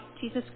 Jesus